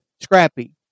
scrappy